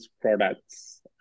products